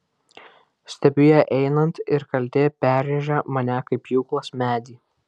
stebiu ją einant ir kaltė perrėžia mane kaip pjūklas medį